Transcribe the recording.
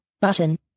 button